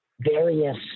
various